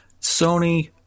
Sony